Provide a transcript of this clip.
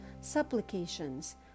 supplications